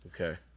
Okay